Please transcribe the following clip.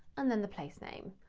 and then the place name.